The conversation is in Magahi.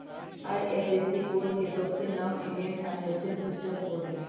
आई.एफ.एस.सी कोड के सऊसे नाओ इंडियन फाइनेंशियल सिस्टम कोड हई